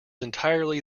entirely